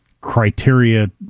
criteria